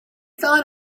thought